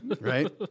right